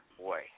boy